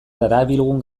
darabilgun